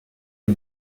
est